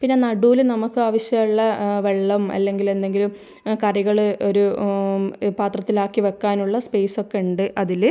പിന്നെ നടുവിൽ നമുക്ക് ആവശ്യമുള്ള വെള്ളം അല്ലെങ്കിൽ എന്തെങ്കിലും കറികൾ ഒരു പാത്രത്തിലാക്കി വെക്കാനുള്ള സ്പേസൊക്കെ ഉണ്ട് അതിൽ